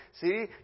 See